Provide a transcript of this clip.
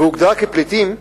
והוגדרה כ"פליטים"